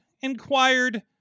inquired